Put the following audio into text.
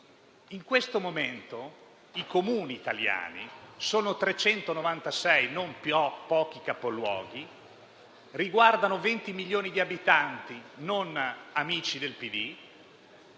In questo momento, Comuni italiani - sono 396, non pochi capoluoghi e riguardano 20 milioni di abitanti, non amici del PD